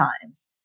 times